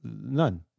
none